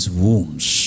wounds